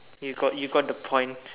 you got you got the point